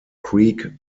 creek